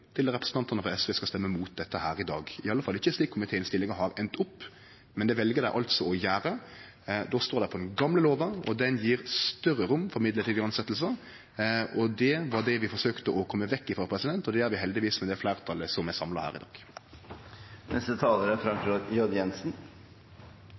til at representantane frå SV skal stemme imot dette i dag, iallfall ikkje slik komitéinnstillinga har enda opp, men det vel dei altså å gjere. Då står dei på den gamle lova, som gjev større rom for mellombels tilsetjingar. Det var det vi forsøkte å kome vekk frå, og det gjer vi heldigvis med det fleirtalet som er samla her i